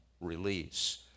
release